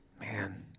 Man